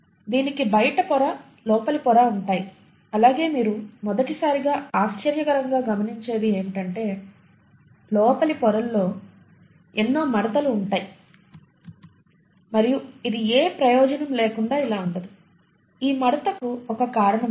దీనికి బయటి పొర లోపలి పొర ఉంటాయి అలాగే మీరు మొదటిసారిగా ఆశ్చర్యకరంగా గమనించేది ఏమిటంటే లోపలి పొరలో ఎన్నో మడతలు ఉంటాయి మరియు ఇది ఏ ప్రయోజనం లేకుండా ఇలా ఉండదు ఈ మడతకు ఒక కారణం ఉంది